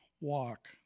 walk